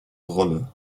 rolle